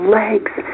legs